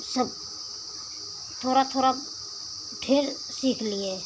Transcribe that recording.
सब थोड़ा थोड़ा फिर सीख लिए